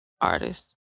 artist